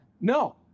no